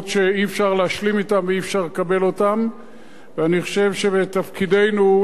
ואני חושב שמתפקידנו לשנות את המציאות הזאת ולהביא את החברה הישראלית,